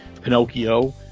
Pinocchio